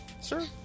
sir